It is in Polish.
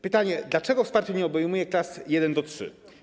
Pytanie: Dlaczego wsparcie nie obejmuje klas I-III?